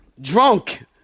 Drunk